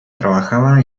trabajaba